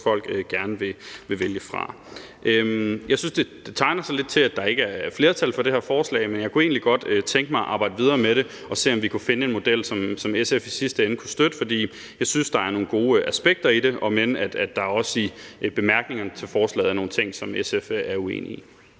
folk gerne vil vælge fra. Jeg synes, det tegner lidt til, at der ikke er flertal for det her forslag, men jeg kunne egentlig godt tænke mig at arbejde videre med det for at se, om vi kunne finde en model, som SF i sidste ende kunne støtte, fordi jeg synes, der er nogle gode aspekter i det, om end der også i bemærkningerne til forslaget er nogle ting, som SF er uenig i.